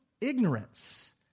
ignorance